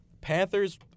Panthers